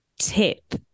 tip